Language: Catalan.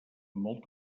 molt